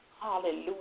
Hallelujah